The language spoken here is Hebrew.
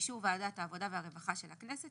באישור ועדת העבודה והרווחה של הכנסת,